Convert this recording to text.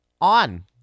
on